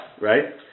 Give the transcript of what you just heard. right